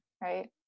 right